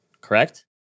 correct